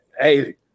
hey